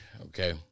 okay